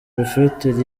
prophetess